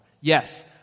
Yes